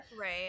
right